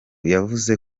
yavuze